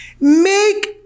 make